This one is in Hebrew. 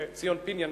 וציון פיניאן,